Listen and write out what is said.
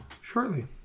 shortly